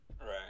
Right